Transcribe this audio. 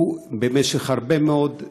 במשך הרבה מאוד זמן,